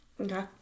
Okay